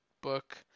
book